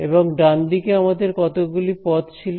এবং ডান দিকে আমাদের কতগুলি পদ ছিল